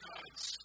God's